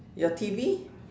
your T_V